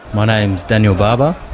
my name is daniel barber,